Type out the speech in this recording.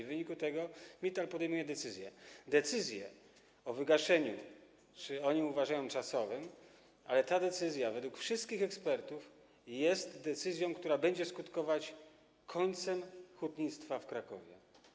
W wyniku tego Mittal podejmuje decyzję o wygaszeniu, oni uważają, że czasowym, ale ta decyzja według wszystkich ekspertów jest decyzją, która będzie skutkować końcem hutnictwa w Krakowie.